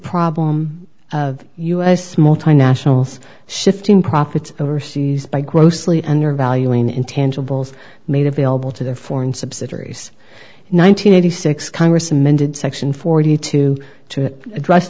problem of us multinationals shifting profits overseas by grossly under valuing intangibles made available to their foreign subsidiaries nine hundred eighty six congress amended section forty two to address